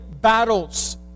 battles